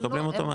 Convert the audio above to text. מקבלים אוטומטי.